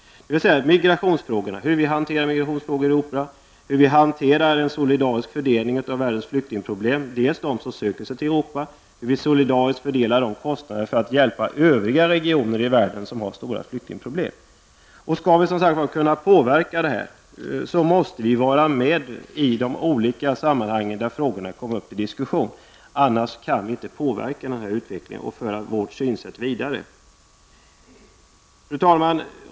Det gäller hur vi hanterar migrationsfrågor i Europa, hur vi hanterar en solidarisk fördelning i fråga om världens flyktingproblem. Det gäller dem som söker sig till Europa, och det gäller hur vi solidariskt fördelar kostnaderna för att hjälpa övriga regioner i världen som har stora flyktingproblem. Skall vi kunna påverka detta, så måste vi som sagt vara med i de olika sammanhang där frågorna kommer upp till diskussion. Annars kan vi inte påverka utvecklingen och föra vårt synsätt vidare. Fru talman!